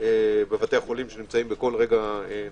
בבתי החולים שנמצאים בכל רגע נתון,